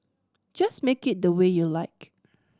just make it the way you like